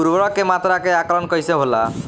उर्वरक के मात्रा के आंकलन कईसे होला?